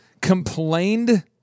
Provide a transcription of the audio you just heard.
complained